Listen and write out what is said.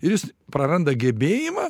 ir jis praranda gebėjimą